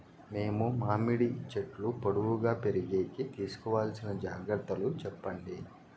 మేము మామిడి చెట్లు పొడువుగా పెరిగేకి తీసుకోవాల్సిన జాగ్రత్త లు చెప్పండి?